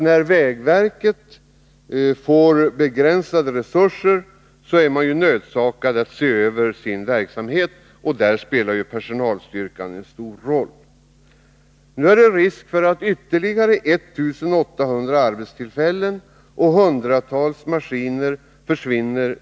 När vägverket får begränsade resurser är man nödsakad att se över sin verksamhet, och därvid spelar personalstyrkan stor roll. Nu är det risk för att ytterligare 1 800 arbetstillfällen och hundratals maskiner vid vägverket försvinner.